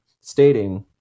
stating